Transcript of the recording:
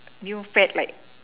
new fad like